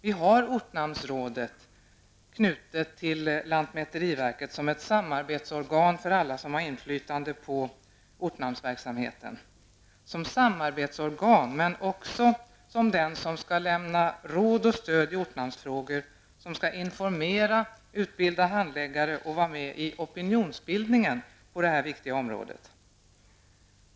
Vi har ortnamnsrådet knutet till lantmäteriverket som ett samarbetsorgan för alla som har inflytande på ortnamnsverksamheten, som samarbetsorgan men också som den som skall lämna råd och stöd i ortnamnsfrågor, som skall informera, utbilda handläggare och vara med i opinionsbildningen på detta viktiga område.